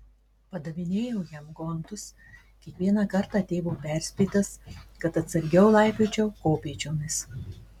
padavinėjau jam gontus kiekvieną kartą tėvo perspėtas kad atsargiau laipiočiau kopėčiomis